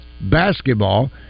basketball